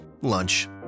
lunch